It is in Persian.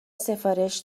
سفارش